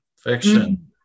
Fiction